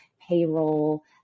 payroll